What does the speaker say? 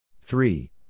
Three